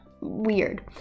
weird